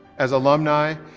as alumni,